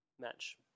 match